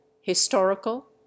historical